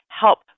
help